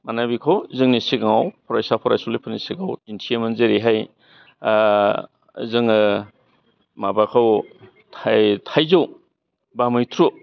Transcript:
मानि बिखौ जोंनि सिगाङाव फरायसा फरायसुलिफोरनि सिगाङाव दिन्थियोमोन जेरैहाय जोङो माबाखौ थाइ थाइजौ बा मैथ्रु